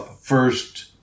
first